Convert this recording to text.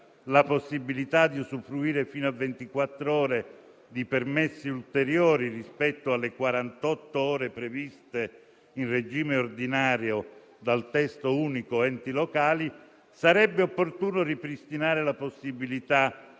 la possibilità di usufruire fino a ventiquattro ore di permessi ulteriori rispetto alle quarantotto ore previste in regime ordinario dal testo unico sugli enti locali, sarebbe opportuno ripristinare la possibilità